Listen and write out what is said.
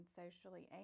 socially